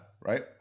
right